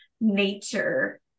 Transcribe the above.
nature